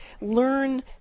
learn